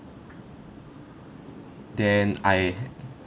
then I